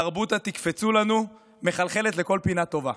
תרבות ה"תקפצו לנו", מחלחלת לכל פינה טובה.